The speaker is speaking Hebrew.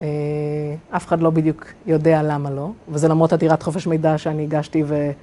אה... אף אחד לא בדיוק יודע למה לא, וזה למרות הדירת חופש מידע שאני הגשתי ו...